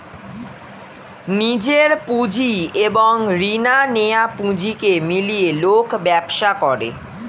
নিজের পুঁজি এবং রিনা নেয়া পুঁজিকে মিলিয়ে লোক ব্যবসা করে